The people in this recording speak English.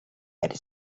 had